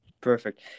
Perfect